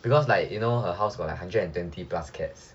because like you know her house got like a hundred and twenty plus cats